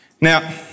Now